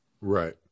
Right